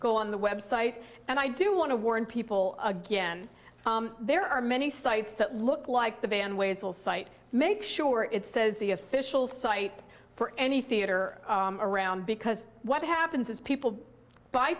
go on the website and i do want to warn people again there are many sites that look like the band ways will site make sure it says the official site for any theater around because what happens is people buy